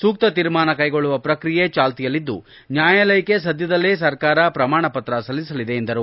ಸೂಕ್ತ ತೀರ್ಮಾನ ಕೈಗೊಳ್ಳುವ ಪ್ರಕ್ರಿಯೆ ಚಾಲ್ತಿಯಲ್ಲಿದ್ದು ನ್ಯಾಯಾಲಯಕ್ಕೆ ಸದ್ಯದಲ್ಲೇ ಸರಕಾರವು ಪ್ರಮಾಣ ಪತ್ರ ಸಲ್ಲಿಸಲಿದೆ ಎಂದರು